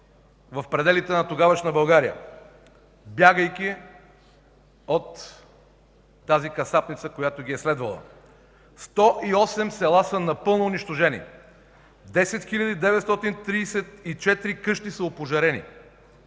в пределите на тогавашна България, бягайки от тази касапница, която ги е следвала; 108 села са напълно унищожени; 10 934 къщи са опожарени;